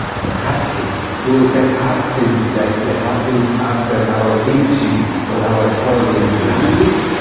that absence so that absence that happens after our entry, or our fall into language,